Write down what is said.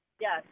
Yes